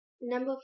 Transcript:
Number